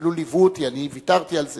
אפילו ליוו אותנו, אני ויתרתי על זה